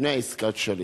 לפני עסקת שליט.